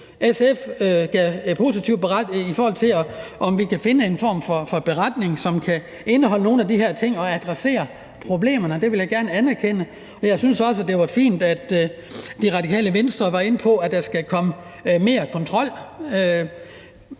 SF var positive i forhold til at finde en beretning, som kan indeholde nogle af de her ting, og som kan adressere problemerne, det vil jeg gerne anerkende, og jeg synes også, det var fint, at Det Radikale Venstre var inde på, at der skal komme mere kontrol.